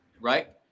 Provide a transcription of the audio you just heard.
Right